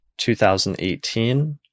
2018